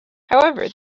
however